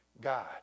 God